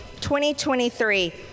2023